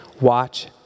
watch